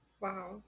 Wow